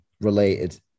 related